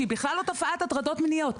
שהיא בכלל לא תופעת הטרדות מיניות,